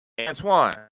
Antoine